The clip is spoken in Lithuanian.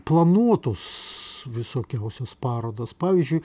planuotos visokiausios parodos pavyzdžiui